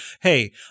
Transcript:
hey